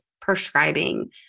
prescribing